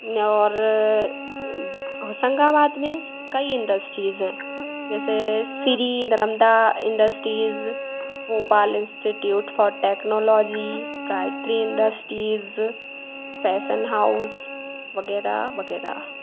near Hoshangabad में कई industries हैं जैसे Shri Narmada industries Bhopal institute for technology Gayatri industries fashion house वगैरह वगैरह